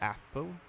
Apple